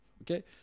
Okay